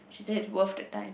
she say it's worth the time